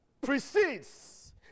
precedes